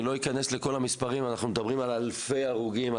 אני לא אכנס לכל המספרים אנחנו מדברים על אלפי הרוגים.